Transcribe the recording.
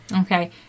Okay